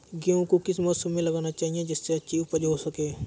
गेहूँ को किस मौसम में लगाना चाहिए जिससे अच्छी उपज हो सके?